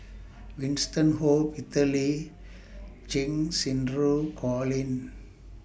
Winston Oh Peter Lee Cheng Xinru Colin